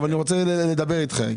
אבל אני רוצה לדבר איתך.